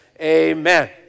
amen